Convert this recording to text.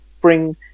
bring